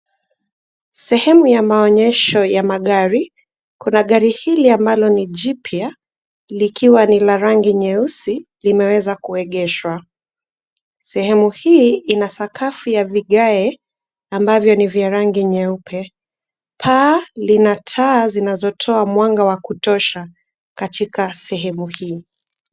Sehemu ya maonyesho ya magari, kuna gari hili ambalo ni jipya likiwa ni la rangi nyeusi limeweza kuegeshwa. Sehemu hii ina sakafu ya vigae ambavyo ni vya rangi nyeupe. Paa lina taa zinazotoa mwanga wa kutosha katika sehemu hii.